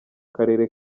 karere